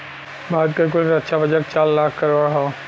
भारत क कुल रक्षा बजट चार लाख करोड़ हौ